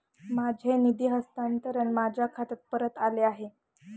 माझे निधी हस्तांतरण माझ्या खात्यात परत आले आहे